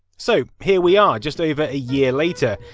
so, here we are, just over a year later,